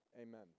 amen